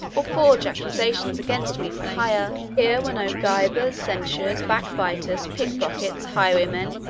or forge accusations against me for hire here were no gibers, censurers, backbiters, pickpockets, highwaymen,